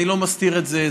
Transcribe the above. אני לא מסתיר את זה,